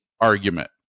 argument